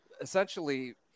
essentially